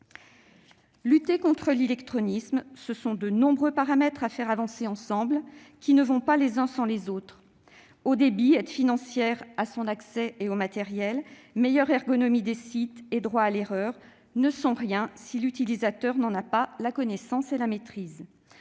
Lutter contre l'illectronisme, ce sont de nombreux paramètres à faire avancer ensemble, car ils ne vont pas les uns sans les autres : haut débit, aide financière à l'accès au numérique et au matériel, meilleure ergonomie des sites et droit à l'erreur ne sont rien, si l'utilisateur n'en a pas la connaissance ou la maîtrise.